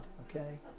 Okay